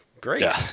Great